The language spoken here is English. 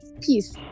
peace